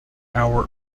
our